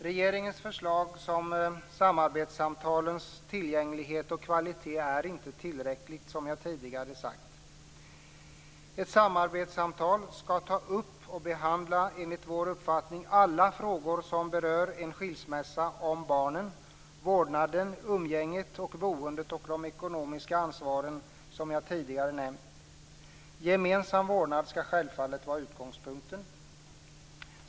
Regeringens förslag om samarbetssamtalens tillgänglighet och kvalitet är inte tillräckligt, som jag sade tidigare. Ett samarbetssamtal skall enligt vår uppfattning ta upp och behandla alla frågor som i en skilsmässa berör barnen, vårdnaden, umgänget och boendet och det ekonomiska ansvaret, som jag tidigare nämnt. Gemensam vårdnad skall självfallet vara utgångspunkten.